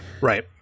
right